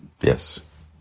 Yes